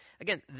again